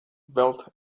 wealth